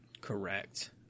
correct